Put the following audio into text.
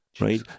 Right